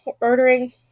ordering